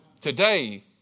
Today